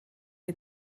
chi